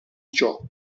ciò